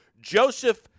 Joseph